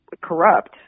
corrupt